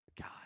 God